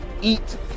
eat